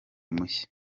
mushya